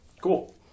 Cool